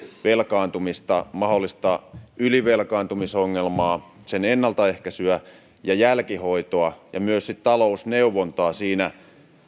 velkaantumista mahdollista ylivelkaantumisongelmaa sen ennaltaehkäisyä ja jälkihoitoa ja myös sitten talousneuvontaa siinä